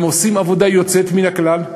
הם עושים עבודה יוצאת מן הכלל.